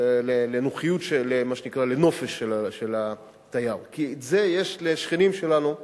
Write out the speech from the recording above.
לנופש של התייר, כי את זה יש לשכנים שלנו.